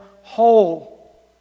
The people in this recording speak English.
whole